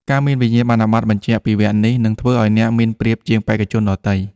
ការមានវិញ្ញាបនបត្របញ្ជាក់ពីវគ្គនេះនឹងធ្វើឱ្យអ្នកមានប្រៀបជាងបេក្ខជនដទៃ។